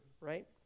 right